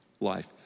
life